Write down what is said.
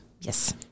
Yes